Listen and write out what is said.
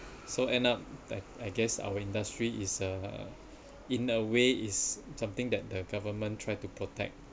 so end up like I guess our industry is uh in a way is something that the government try to protect